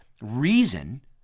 reason